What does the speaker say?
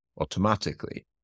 automatically